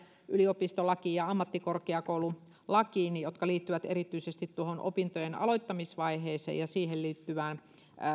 yliopistolakiin ja ammattikorkeakoululakiin tiettyjä joustoja jotka liittyvät erityisesti tuohon opintojen aloittamisvaiheeseen ja siihen liittyvään